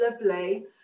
lovely